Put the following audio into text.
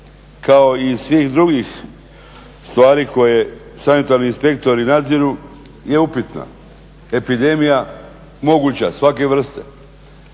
kao i svih drugih stvari koje sanitarni inspektori nadziru je upitna. Epidemija moguća svake vrste.